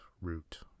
root